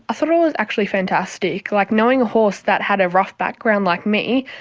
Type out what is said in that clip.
ah thought it was actually fantastic, like knowing a horse that had a rough background like me,